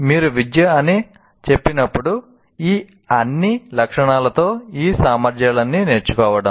మీరు విద్య అని చెప్పినప్పుడు ఈ అన్ని లక్షణాలతో ఈ సామర్ధ్యాలన్నీ నేర్చుకోవడం